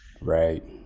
Right